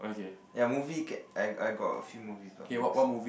ya movie get I I got a few movies on books lah